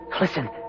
Listen